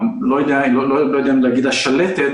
אני לא יודע אם להגיד השלטת